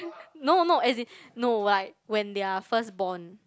no no as in no like when they're first born